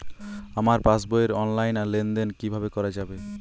আমার পাসবই র অনলাইন লেনদেন কিভাবে করা যাবে?